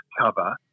cover